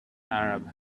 arab